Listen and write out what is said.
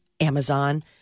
Amazon